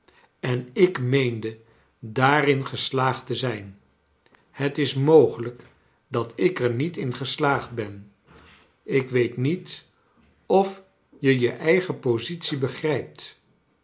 en ik meende daarin geslaagd te zijn het is mogelijk dat ik er niet in geslaagd ben ik weet j niet of je je eigen positie begrijpt